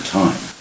time